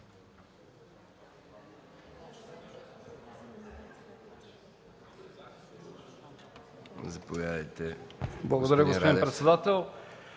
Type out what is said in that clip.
Благодаря, господин председател.